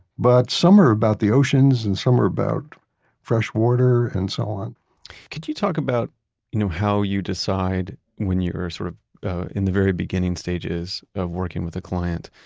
but some are about the oceans and some are about fresh water and so on could you talk about you know how you decide when you are sort of in the very beginning stages of working with a client,